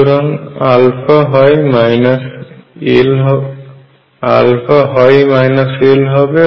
সুতরাং হয় l হবে অথবা l1 হবে